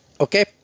okay